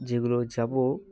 যেগুলো যাব